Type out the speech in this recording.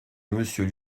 monsieur